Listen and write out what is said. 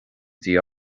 dtí